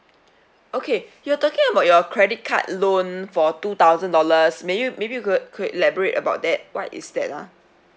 okay you're talking about your credit card loan for two thousand dollars maybe maybe you could could elaborate about that what is that ah